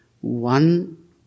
One